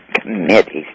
committees